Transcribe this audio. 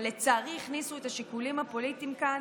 אבל לצערי הכניסו את השיקולים הפוליטיים כאן